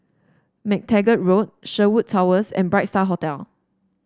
MacTaggart Road Sherwood Towers and Bright Star Hotel